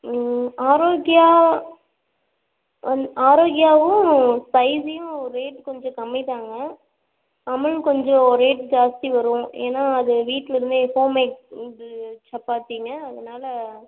ஆரோக்கியா அன் ஆரோக்கியாவும் ஸ்பைசியும் ரேட்டு கொஞ்சம் கம்மி தாங்க அமுல் கொஞ்சம் ரேட் ஜாஸ்த்தி வரும் ஏனால் அது வீட்டிலருந்தே ஹோம்மேட் இந்து சப்பாத்திங்க அதனால்